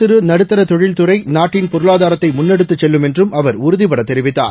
சிறுநடுத்தரதொழில்துறைநாட்டின் பொருளாதாரத்தைமுன்னெடுத்துச் செல்லும் என்றும் அவர் குறு உறுதிபடதெரிவித்தார்